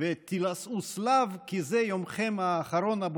ותלעסו שליו כי זה יומכם האחרון, הבורגנים.